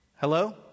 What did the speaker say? Hello